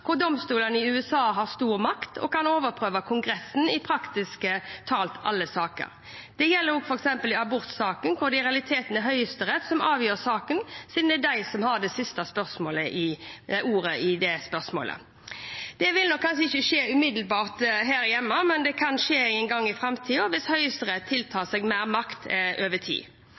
hvor domstolene i USA har stor makt og kan overprøve Kongressen i praktisk talt alle saker. Det gjelder også i f.eks. abortsaken, hvor det i realiteten er Høyesterett som avgjør saken, siden det er de som har det siste ordet i det spørsmålet. Det vil nok kanskje ikke skje umiddelbart her hjemme, men det kan skje en gang i framtiden, hvis Høyesterett tiltar seg mer makt over tid.